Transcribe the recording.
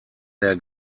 der